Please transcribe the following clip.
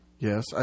Yes